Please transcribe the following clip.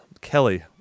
Kelly